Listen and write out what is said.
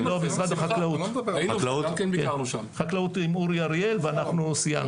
לא, משרד החקלאות עם אורי אריאל ואנחנו סיימנו.